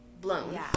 blown